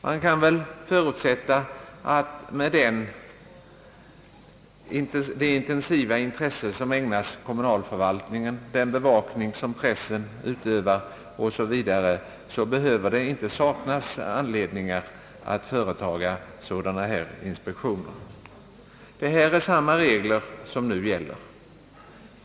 Man kan väl förutsätta att det med det intensiva intresse som ägnas kommunalförvaltningen, den bevakning som pressen utövar osv., inte behöver saknas anledningar att företaga sådana inspektioner. Detta är samma regler som nu gäller.